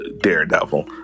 daredevil